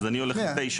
אז אני הולך ל-(9).